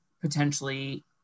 potentially